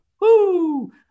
Woo